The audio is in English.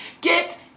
Get